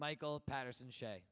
michael patterson shay